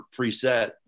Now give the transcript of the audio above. preset